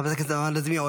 חברת הכנסת נעמה לזימי.